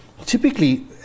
typically